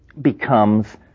becomes